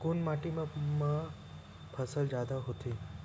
कोन माटी मा फसल जादा होथे?